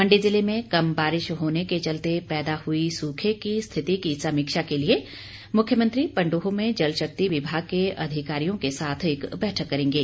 मंडी जिले में कम बारिश होने के चलते पैदा हुई सूखे की स्थिति की समीक्षा के लिए मुख्यमंत्री पंडोह में जल शक्ति विभाग के अधिकारियों के साथ एक बैठक करेंगे